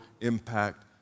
impact